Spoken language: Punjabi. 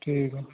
ਠੀਕ ਆ